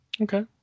Okay